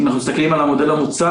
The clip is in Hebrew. אם אנחנו מסתכלים על המודל המוצע,